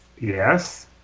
Yes